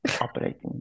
operating